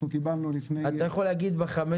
אנחנו קיבלנו לפני --- אתה יכול להגיד בחמש